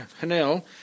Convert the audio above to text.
Hanel